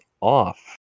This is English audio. off